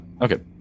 Okay